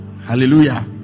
hallelujah